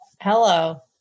Hello